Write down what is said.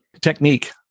Technique